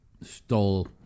Stole